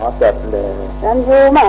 um that number